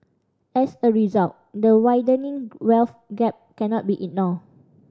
as a result the widening wealth gap cannot be ignored